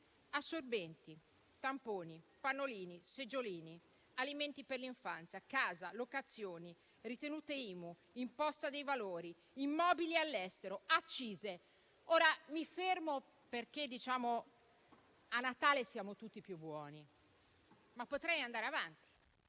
assorbenti, tamponi, pannolini, seggiolini, alimenti per l'infanzia, casa, locazioni, ritenute IMU, imposta dei valori, immobili all'estero, accise. Mi fermo perché a Natale siamo tutti più buoni, ma potrei andare avanti.